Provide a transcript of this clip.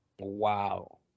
wow